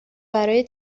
برای